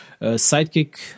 Sidekick